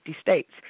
states